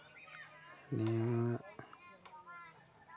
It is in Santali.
ᱱᱚᱣᱟ